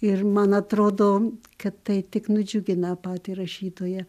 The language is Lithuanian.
ir man atrodo kad tai tik nudžiugina patį rašytoją